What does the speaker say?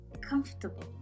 comfortable